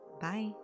Bye